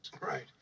Right